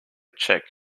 check